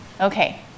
Okay